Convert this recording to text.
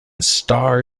star